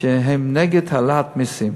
שהם נגד העלאת מסים,